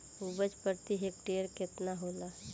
उपज प्रति हेक्टेयर केतना होला?